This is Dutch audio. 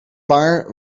paar